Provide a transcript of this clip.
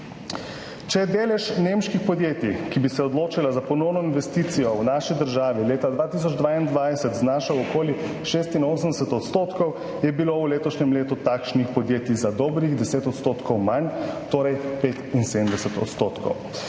Če je delež nemških podjetij, ki bi se odločila za ponovno investicijo v naši državi, leta 2022 znašal okoli 86 %, je bilo v letošnjem letu takšnih podjetij za dobrih 10 % manj, torej 75 %.